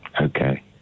Okay